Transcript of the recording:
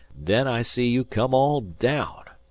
then i see you come all down.